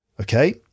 Okay